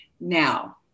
Now